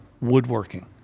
woodworking